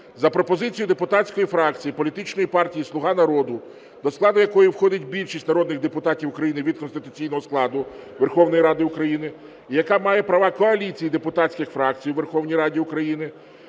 за пропозицією депутатської фракції політичної партії "Слуга народу" до складу якої входить більшість народних депутатів України від конституційного складу Верховної Ради України і яка має права коаліції депутатських фракцій у Верховній Раді України,